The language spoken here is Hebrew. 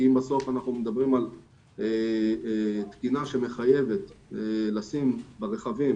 כי אם בסוף אנחנו מדברים על תקינה שמחייבת לשים ברכבים